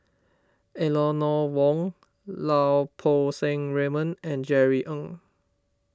Eleanor Wong Lau Poo Seng Raymond and Jerry Ng